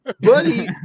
Buddy